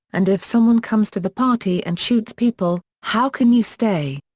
and if someone comes to the party and shoots people, how can you stay?